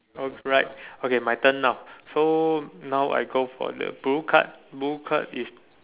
oh right okay my turn now so now I go for the blue card blue card is